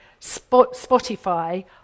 Spotify